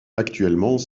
actuellement